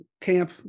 camp